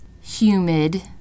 humid